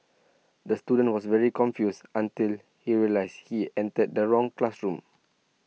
the student was very confused until he realised he entered the wrong classroom